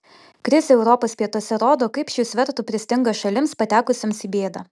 krizė europos pietuose rodo kaip šių svertų pristinga šalims patekusioms į bėdą